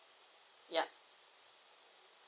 yup